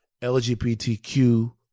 LGBTQ